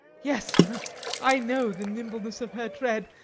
yes i know the nimbleness of her tread,